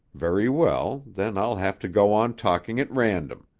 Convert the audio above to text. very well. then i'll have to go on talking at random.